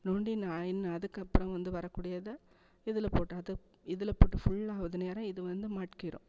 நோண்டி நான் என்ன அதுக்கப்புறம் வந்து வரக்கூடியதை இதில் போட்டு அது இதில் போட்டு ஃபுல்லாவுது நேரம் இது வந்து மக்கிரும்